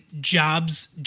Jobs